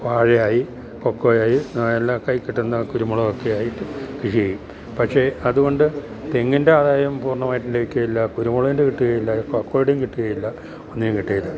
വാഴയായി കൊക്കോയായി എല്ലാം കൈയില് കിട്ടുന്ന കുരുമുളകൊക്കെ ആയിട്ട് കൃഷി ചെയ്യും പക്ഷെ അതുകൊണ്ട് തെങ്ങിൻ്റെ ആദായം പൂർണ്ണമായിട്ടു ലഭിക്കയില്ല കുരുമുളകിൻ്റെ കിട്ടുകയില്ല കൊക്കോയുടെയും കിട്ടുകയില്ല ഒന്നും കിട്ടുകയില്ല